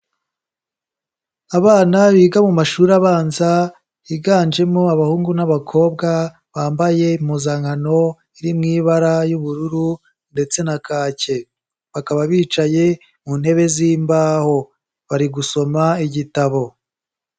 Abana biga mu mashuri abanza higanjemo abahungu n'abakobwa, bambaye impuzankano iri mu ibara ry'ubururu ndetse na kake, bakaba bicaye mu ntebe zimbaho, bari gusoma igitabo.